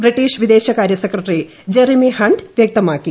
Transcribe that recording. British വിദേശകാര്യ secretary Jeremy Hunt വ്യക്തമാക്കി